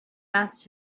asked